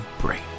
break